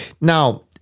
Now